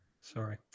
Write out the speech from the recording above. Sorry